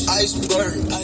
iceberg